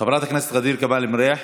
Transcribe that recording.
חברת הכנסת ע'דיר כמאל מריח,